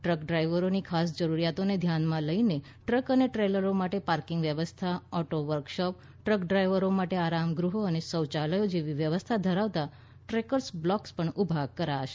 truck ડ્રાઈવરોની ખાસ જરૂરીયાતોને ધ્યાનમાં લઈને ટ્રક અને ટ્રેલરો માટે પાર્કિંગ વ્યવસ્થા ઓટો વર્કશોપ ટ્રક ડ્રાઈવરો માટે આરામ ગૃહો અને શૌચાલયો જેવી વ્યવસ્થા ધરાવતા ટ્રકર્સ બ્લોક પણ ઉભા કરાશે